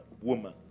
woman